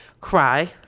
cry